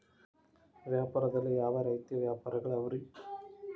ವ್ಯಾಪಾರದಲ್ಲಿ ಯಾವ ರೇತಿ ವ್ಯಾಪಾರಗಳು ಅವರಿ?